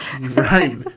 Right